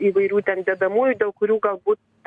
įvairių ten dedamųjų dėl kurių galbūt